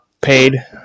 paid